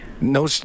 no